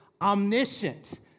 omniscient